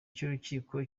cy’urukiko